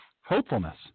hopefulness